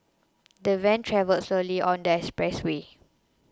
the van travelled slowly on the expressway